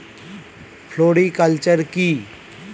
Floriculture কি?